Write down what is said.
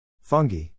Fungi